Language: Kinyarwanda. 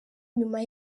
nyuma